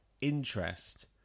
interest